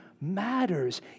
matters